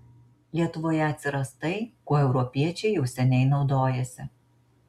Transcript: lietuvoje atsiras tai kuo europiečiai jau seniai naudojasi